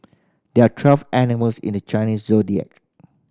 there are twelve animals in the Chinese Zodiac